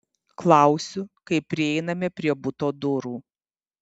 klausiu kai prieiname prie buto durų